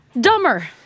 dumber